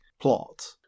plot